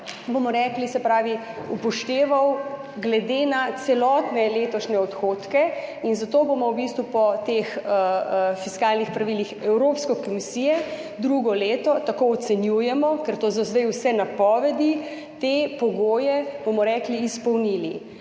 strukturni napor upošteval glede na celotne letošnje odhodke. Zato bomo v bistvu po teh fiskalnih pravilih Evropske komisije drugo leto, tako ocenjujemo, ker to so zdaj vse napovedi, te pogoje izpolnili,